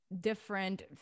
different